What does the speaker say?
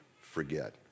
forget